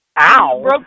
Ow